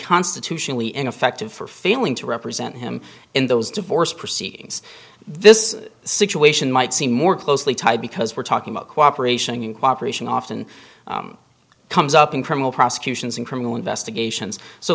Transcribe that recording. constitutionally ineffective for failing to represent him in those divorce proceedings this situation might seem more closely tied because we're talking about cooperation and cooperation often comes up in criminal prosecutions in criminal investigations so